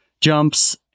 jumps